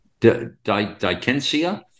dikensia